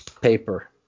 paper